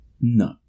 No